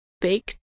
baked